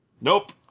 Nope